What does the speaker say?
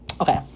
okay